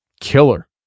killer